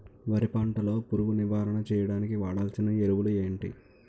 వరి పంట లో పురుగు నివారణ చేయడానికి వాడాల్సిన ఎరువులు ఏంటి?